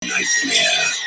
Nightmare